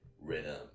rhythm